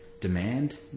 demand